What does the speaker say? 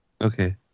Okay